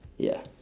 ya